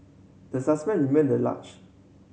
the suspect remained large